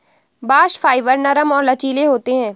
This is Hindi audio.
बास्ट फाइबर नरम और लचीले होते हैं